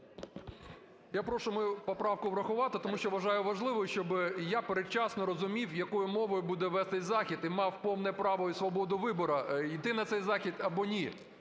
Я прошу мою поправку врахувати, тому що вважаю важливо, щоб я передчасно розумів, якою мовою буде вестись захід, і мав повне право і свободу вибору: іти на цей захід або ні.